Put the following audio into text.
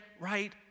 right